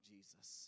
Jesus